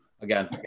again